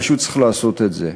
פשוט צריך לעשות את זה.